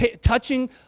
touching